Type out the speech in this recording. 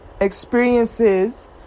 experiences